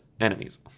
enemies